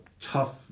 tough